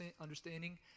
understanding